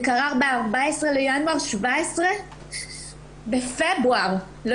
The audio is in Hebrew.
זה קרה ב-14 בינואר 2017. בפברואר לא